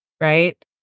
right